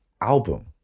album